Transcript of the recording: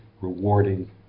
rewarding